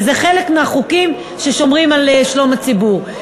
וזה חלק מהחוקים ששומרים על שלום הציבור.